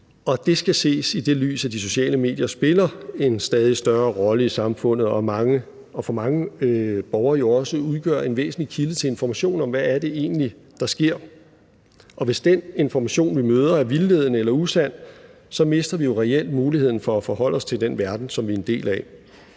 Det skal ses i det lys, at de sociale medier spiller en stadig større rolle i samfundet og for mange borgere jo også udgør en væsentlig kilde til information om, hvad der egentlig sker. Og hvis den information, vi møder, er vildledende eller usand, mister vi jo reelt muligheden for at forholde os til den verden, som vi er en del af.